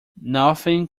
nothing